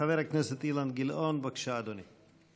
חבר הכנסת אילן גילאון, בבקשה, אדוני.